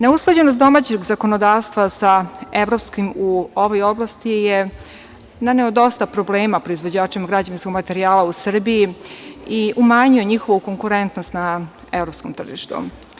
Neusklađenost domaćeg zakonodavstva sa evropskim u ovoj oblasti je naneo dosta problema proizvođačima građevinskog materijala u Srbiji i umanjio njihovu konkurentnost na evropskom tržištu.